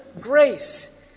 grace